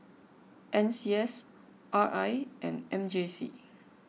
N C S R I and M J C